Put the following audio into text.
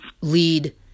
lead